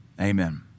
Amen